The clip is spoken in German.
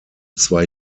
zwei